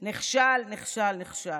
נכשל, נכשל,